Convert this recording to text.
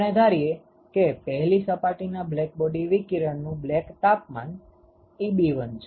આપણે ધારીએ કે પહેલી સપાટીના બ્લેકબોડી વિકિરણનુ બ્લેક તાપમાન Eb1 છે